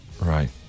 Right